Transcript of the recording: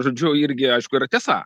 žodžiu irgi aišku yra tiesa